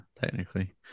technically